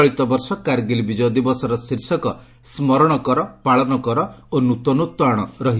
ଚଳିତବର୍ଷର କାର୍ଗିଲ ବିଜୟ ଦିବସର ଶୀର୍ଷକ 'ସ୍କରଣକର ପାଳନ କର ଓ ନ୍ତନତ୍ୱ ଆଣ'